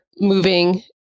moving